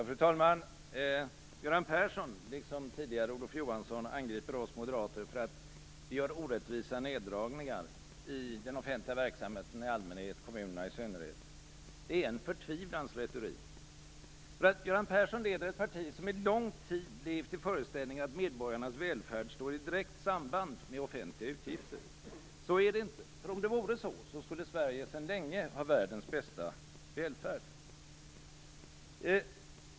Fru talman! Göran Persson, liksom tidigare Olof Johansson, angriper oss moderater för att göra orättvisa neddragningar i den offentliga verksamheten i allmänhet, i synnerhet i kommunerna. Det är en förtvivlans retorik. Göran Persson leder ett parti som under lång tid har levt i föreställningen att medborgarnas välfärd står i direkt samband med offentliga utgifter. Så är det inte, för om det vore så skulle Sverige sedan länge ha världens bästa välfärd.